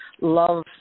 love